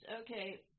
Okay